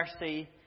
mercy